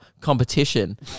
competition